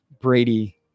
Brady